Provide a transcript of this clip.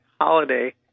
holiday